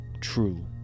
true